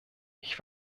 ich